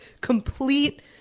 complete